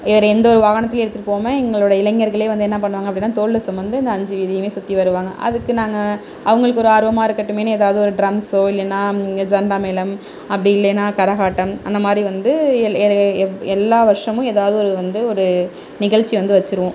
வேற எந்த ஒரு வாகனத்துலேயும் எடுத்துகிட்டு போகாம எங்களோட இளைஞர்கள் வந்து என்ன பண்ணுவாங்க அப்படினா தோளில் சுமந்து அந்த அஞ்சு அந்த வீதியையும் சுற்றி வருவாங்க அதுக்கு நாங்கள் அவங்களுக்கு ஒரு ஆர்வமாக இருக்கட்டுமேனு எதாவது டிரம்ஸோ இல்லைனா செண்டமேளம் அப்படி இல்லைனா கரகாட்டம் அந்த மாதிரி வந்து எல்லா வருஷமும் எதாவது வந்து ஒரு நிகழ்ச்சி வந்து வைச்சிருவோம்